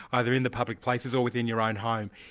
either in the public places or within your own home.